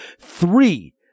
three